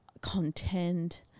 content